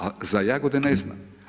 A za jagode ne znam.